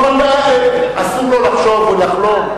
אבל אסור לו לחשוב או לחלום?